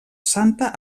santa